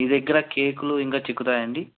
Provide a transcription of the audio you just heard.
మీ దగ్గర కేకులు ఇంకా చిక్కుతాయండి